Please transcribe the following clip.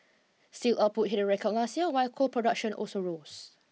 steel output hit a record last year while coal production also rose